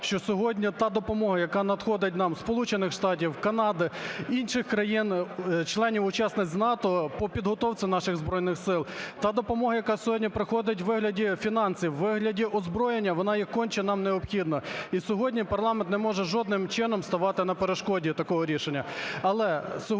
що сьогодні та допомога, яка надходить нам зі Сполучених Штатів, Канади, інших країн-членів учасниць НАТО по підготовці наших Збройних Сил, та допомога, яка сьогодні приходить у вигляді фінансів, у вигляді озброєння, вона є конче нам необхідна. І сьогодні парламент не може жодним чином ставати на перешкоді такого рішення.